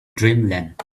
dreamland